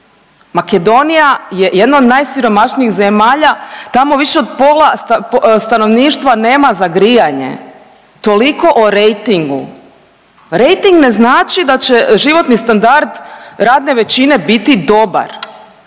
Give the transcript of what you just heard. Makedonija je jedna od najsiromašnijih zemalja tamo više od pola stanovništva nema za grijanje, toliko o rejtingu. Rejting ne znači da će životni standard radne većine biti dobar,